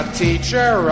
teacher